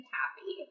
happy